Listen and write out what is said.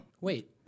Wait